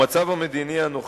המצב המדיני הנוכחי,